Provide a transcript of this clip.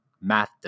Math